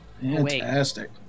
fantastic